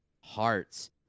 hearts